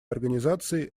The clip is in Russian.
организации